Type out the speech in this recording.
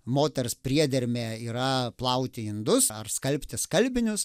moters priedermė yra plauti indus ar skalbti skalbinius